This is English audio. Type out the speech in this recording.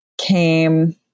came